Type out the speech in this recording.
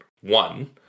one